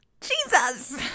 Jesus